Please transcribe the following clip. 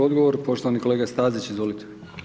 Odgovor, poštovani kolega Stazić, izvolite.